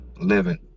living